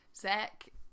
Zach